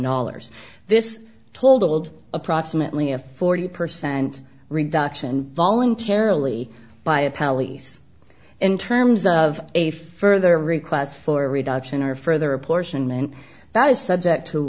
dollars this told approximately a forty percent reduction voluntarily by a pallies in terms of a further request for a reduction or further a portion and that is subject to